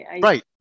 Right